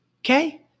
Okay